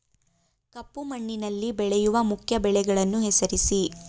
ಕಪ್ಪು ಮಣ್ಣಿನಲ್ಲಿ ಬೆಳೆಯುವ ಮುಖ್ಯ ಬೆಳೆಗಳನ್ನು ಹೆಸರಿಸಿ